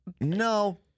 No